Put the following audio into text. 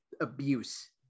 abuse